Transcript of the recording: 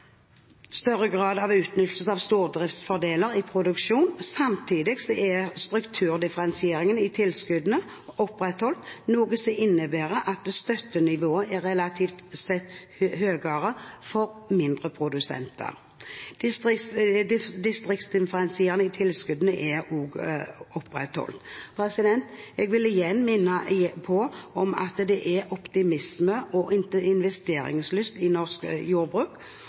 større grad av strukturdifferensiering og større grad av utnyttelse av stordriftsfordeler i produksjon. Samtidig er strukturdifferensieringen i tilskuddene opprettholdt, noe som innebærer at støttenivået relativt sett er høyere for mindre produsenter. Distriktsdifferensieringen i tilskuddene er også opprettholdt. Jeg vil igjen minne om at det er optimisme og investeringslyst i norsk jordbruk,